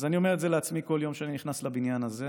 אז אני אומר את זה לעצמי כל יום כשאני נכנס לבניין הזה,